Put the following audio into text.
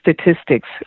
statistics